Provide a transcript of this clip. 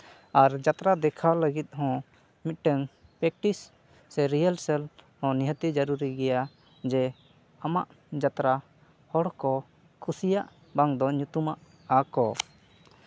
ᱟᱨ ᱡᱟᱛᱨᱟ ᱫᱮᱠᱷᱟᱣ ᱞᱟᱹᱜᱤᱫ ᱦᱚᱸ ᱢᱤᱫᱴᱮᱱ ᱯᱮᱠᱴᱤᱥ ᱥᱮ ᱨᱤᱭᱮᱞᱥᱮᱞ ᱱᱤᱦᱟᱹᱛᱤ ᱡᱟᱹᱨᱩᱨᱤ ᱜᱮᱭᱟ ᱡᱮ ᱟᱢᱟᱜ ᱡᱟᱛᱨᱟ ᱦᱚᱲ ᱠᱚ ᱠᱩᱥᱤᱭᱟᱜ ᱵᱟᱝᱫᱚ ᱧᱩᱛᱩᱢᱟᱜ ᱟᱠᱚ